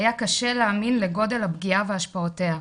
היה קשה להאמין לגודל הפגיעה ולהשפעותיה.